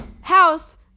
house